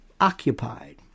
occupied